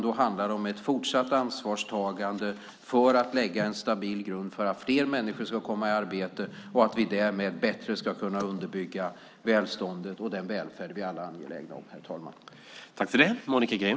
Det handlar om ett fortsatt ansvarstagande för att lägga en stabil grund för att fler människor ska komma i arbete och för att vi därmed bättre ska kunna underbygga välståndet och den välfärd som vi alla är angelägna om.